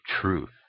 truth